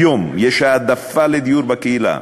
היום יש העדפה לדיור בקהילה,